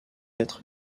être